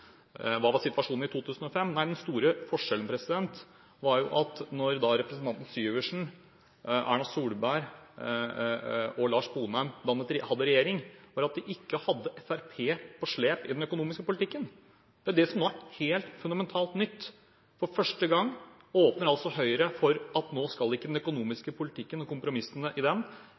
Hva var situasjonen i 2005? Den store forskjellen var at da partiene til representantene Syversen, Erna Solberg og Lars Sponheim dannet regjering, hadde de ikke Fremskrittspartiet på slep i den økonomiske politikken. Det er det som nå er helt fundamentalt nytt. For første gang åpner altså Høyre for at nå skal ikke den økonomiske politikken og kompromissene om den